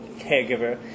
caregiver